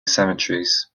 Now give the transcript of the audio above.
cemeteries